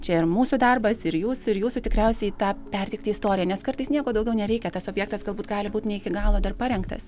čia ir mūsų darbas ir jūsų ir jūsų tikriausiai tą perteikti istoriją nes kartais nieko daugiau nereikia tas objektas galbūt gali būt ne iki galo dar parengtas